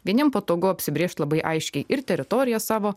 vieniem patogu apsibrėžt labai aiškiai ir teritoriją savo